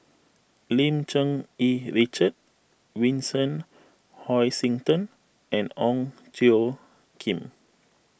Lim Cherng Yih Richard Vincent Hoisington and Ong Tjoe Kim